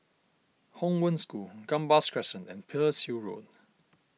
Hong Wen School Gambas Crescent and Pearl's Hill Road